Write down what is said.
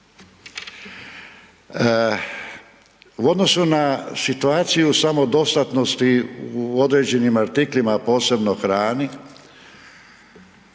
U odnosu na situaciju samodostatnosti u određenim artiklima, a posebno hrani,